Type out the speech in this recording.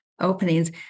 openings